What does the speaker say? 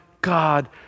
God